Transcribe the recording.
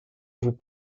vous